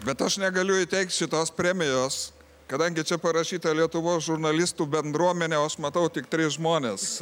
bet aš negaliu įteikt šitos premijos kadangi čia parašyta lietuvos žurnalistų bendruomenė o aš matau tik tris žmones